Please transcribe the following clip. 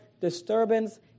disturbance